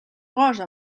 gosa